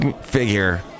figure